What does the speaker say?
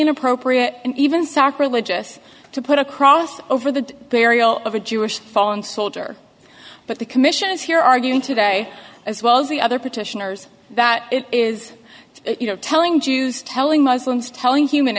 inappropriate even sacrilegious to put a cross over the burial of a jewish fallen soldier but the commission is here arguing today as well as the other petitioners that it is you know telling jews telling muslims telling human